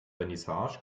vernissage